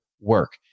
work